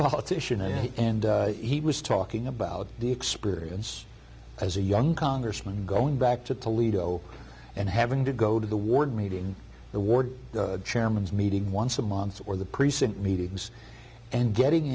politician a and he was talking about the experience as a young congressman going back to toledo and having to go to the ward meeting the ward chairman's meeting once a month or the precinct meetings and getting